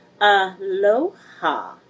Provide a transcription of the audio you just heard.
Aloha